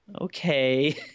okay